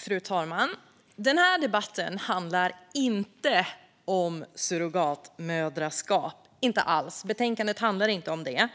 Fru talman! Den här debatten handlar inte om surrogatmödraskap, inte alls. Betänkandet handlar inte om det.